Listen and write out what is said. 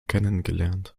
kennengelernt